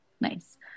nice